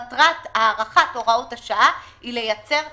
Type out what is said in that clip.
מטרת הארכת הוראות השעה היא לייצר יציבות.